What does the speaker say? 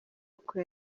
uko